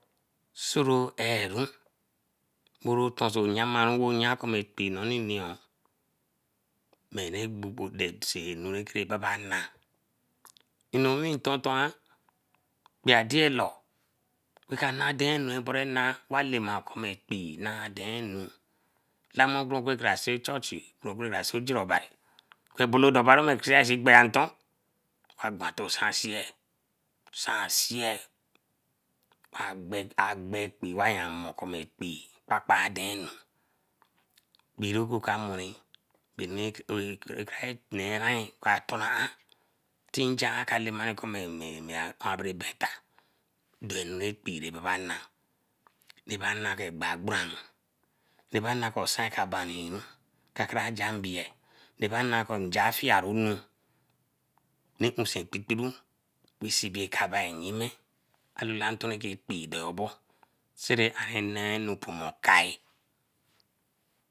Soro eru oro tonse yama, wo yankor ekpee noninioo ra gbogbo anu rabe nana na in nowi nten tonyan raka na daenu raka gba derena wa laema ko ekpee nah dey anu. Lama gora gora ku sai see achurchi, oku ka see gera obari kor agba see sean nton. Sasie agbe ekpee waya amor komai mor kor ekpee kpa kpa da mai noo. Kpee ra ka mori atona an tinja reka lama anu ekpee baba na. Raba na kor raba na kor osan ka baniru, kakara jah imbie, raba na kor nja afierunu, ra usen kpikpiru we sibi ekaby yime damaraka ekpee dorubo siri ari nee anu puma okai